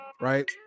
Right